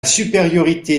supériorité